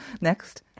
Next